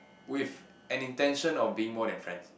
with an intention of being more than friends